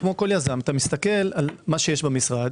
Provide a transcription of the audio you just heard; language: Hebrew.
כמו כל יזם - אתה מסתכל על מה יש במשרד.